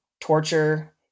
torture